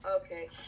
Okay